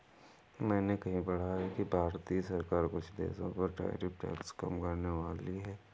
मैंने कहीं पढ़ा है कि भारतीय सरकार कुछ देशों पर टैरिफ टैक्स कम करनेवाली है